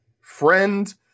friend